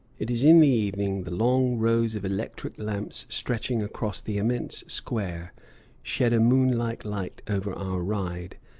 it is in the evening the long rows of electric lamps stretching across the immense square shed a moon-like light over our ride,